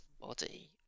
body